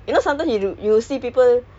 kakak famous